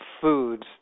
foods